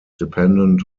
dependent